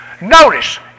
Notice